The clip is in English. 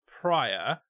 prior